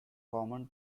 common